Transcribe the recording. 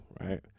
right